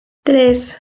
tres